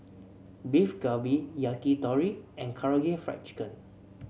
Beef Galbi Yakitori and Karaage Fried Chicken